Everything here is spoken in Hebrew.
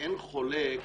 אין חולק